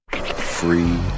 Free